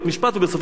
ובסופו של דבר,